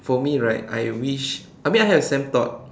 for me right I wish I mean I have the same thought